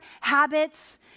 habits